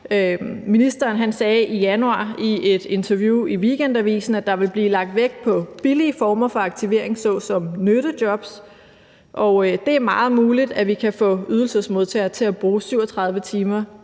Ministeren sagde i januar i et interview i Weekendavisen, at der ville blive lagt vægt på billige former for aktivering såsom nyttejobs. Det er meget muligt, at vi kan få ydelsesmodtagere til at bruge 37 timer